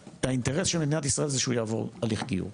האינטרס של מדינת ישראל זה שהוא יעבור הליך גיור.